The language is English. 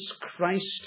Christ